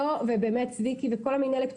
ובאמת צביקי וכל המינהלת,